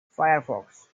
firefox